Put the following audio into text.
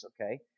okay